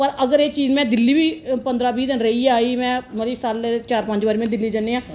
पर अगर एह् चीज में दिल्ली बी पंदरां बीह् दिन रेही ऐ आई में मतलब कि साले दे चार पंज बारी में दिल्ली जन्नी आं